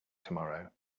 tomorrow